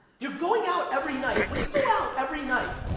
you're going out every night, when you go out every night,